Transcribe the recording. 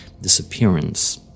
disappearance